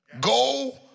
Go